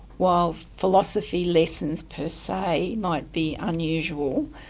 while philosophy lessons per se might be unusual,